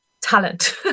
talent